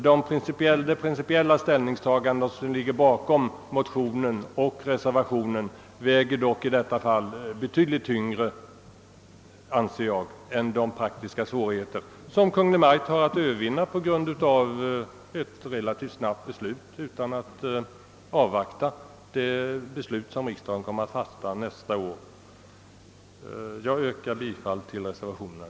De principiella ställningstaganden som ligger bakom motionen och reservationen väger tyngre än de praktiska svårigheterna. Dessa måste Kungl. Maj:t kunna övervinna genom relativt snabba åtgärder i avvaktan på det beslut som riksdagen kommer att fatta nästa år. Jag ber att få yrka bifall till reservationen.